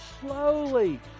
slowly